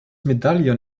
medallion